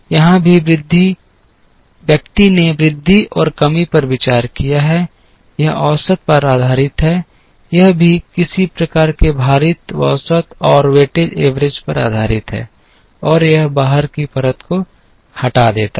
यहाँ भी व्यक्ति ने वृद्धि और कमी पर विचार किया है यह औसत पर आधारित है यह भी किसी प्रकार के भारित औसत पर आधारित है और यह बाहर की परत को हटा देता है